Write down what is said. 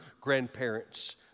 grandparents